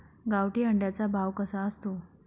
गावठी अंड्याचा भाव कसा असतो?